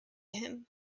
him